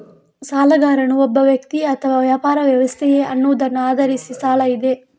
ಸಾಲಗಾರನು ಒಬ್ಬ ವ್ಯಕ್ತಿಯೇ ಅಥವಾ ವ್ಯಾಪಾರ ವ್ಯವಸ್ಥೆಯೇ ಅನ್ನುವುದನ್ನ ಆಧರಿಸಿ ಸಾಲ ಇದೆ